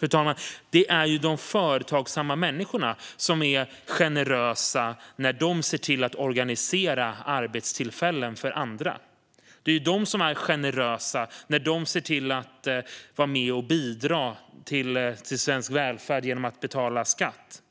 Fru talman! Det är de företagsamma människorna som är generösa när de ser till att organisera arbetstillfällen för andra. Det är de som är generösa när de ser till att vara med och bidra till svensk välfärd genom att betala skatt.